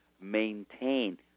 maintain